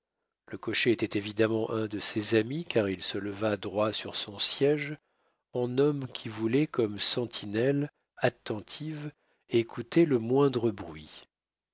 le cocher était évidemment un de ses amis car il se leva droit sur son siége en homme qui voulait comme une sentinelle attentive écouter le moindre bruit